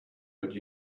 but